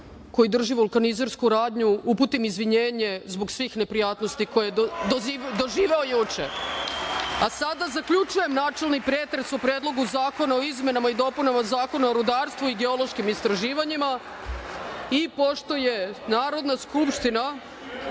koji drži vulkanizersku radnju uputim izvinjenje zbog svih neprijatnosti koje je doživeo juče. Sada zaključujem načelni pretres o Predlogu zakona o izmenama i dopunama Zakona o rudarstvu i geološkim istraživanjima. Pošto je Narodna skupština